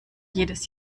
jedes